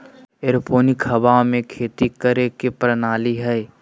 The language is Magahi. एरोपोनिक हवा में खेती करे के प्रणाली हइ